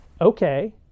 okay